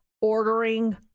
ordering